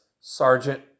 Sergeant